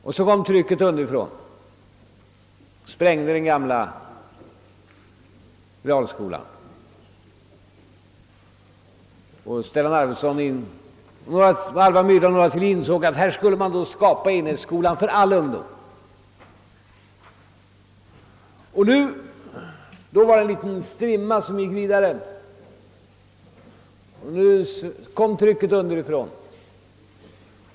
Därefter kom trycket underifrån och sprängde den gamla realskolan. Stellan Arvidson, Alva Myrdal och några flera ansåg då att man borde skapa en grundskola för alla ungdomar. Det var en liten strimma som förebådade den kommande utvecklingen.